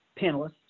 panelists